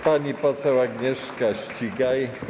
Pani poseł Agnieszka Ścigaj.